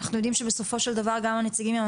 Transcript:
אנחנו יודעים שבסופו של דבר גם הנציגים של